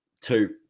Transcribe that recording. two